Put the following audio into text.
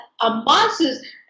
amasses